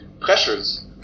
pressures